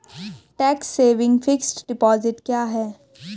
Tax saving fixed deposit क्या है?